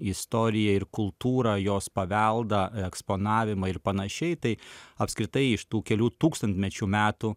istoriją ir kultūrą jos paveldą eksponavimą ir panašiai tai apskritai iš tų kelių tūkstantmečių metų